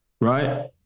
right